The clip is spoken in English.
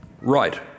right